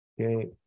okay